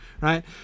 right